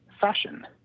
fashion